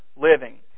living